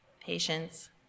patience